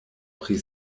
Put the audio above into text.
pri